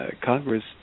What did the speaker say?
Congress